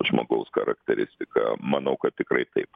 žmogaus charakteristika manau kad tikrai taip